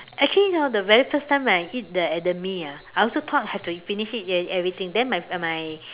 actually hor the very first time when I eat the edamame ah I also thought have to finish it everything then my uh my